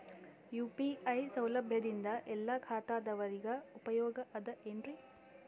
UPI ಸೌಲಭ್ಯದಿಂದ ಎಲ್ಲಾ ಖಾತಾದಾವರಿಗ ಉಪಯೋಗ ಅದ ಏನ್ರಿ?